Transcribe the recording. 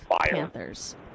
panthers